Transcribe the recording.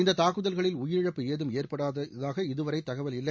இந்த தாக்குதல்களில் உயிரிழப்பு ஏதும் ஏற்பட்டதாக இதுவரை தகவல் இல்லை